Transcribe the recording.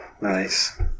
Nice